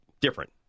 different